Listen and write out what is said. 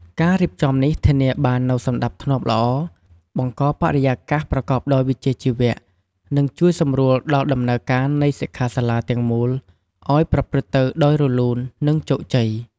ការរៀបចំនេះធានាបាននូវសណ្តាប់ធ្នាប់ល្អ បង្កបរិយាកាសប្រកបដោយវិជ្ជាជីវៈ និងជួយសម្រួលដល់ដំណើរការនៃសិក្ខាសាលាទាំងមូលឲ្យប្រព្រឹត្តទៅដោយរលូន និងជោគជ័យ។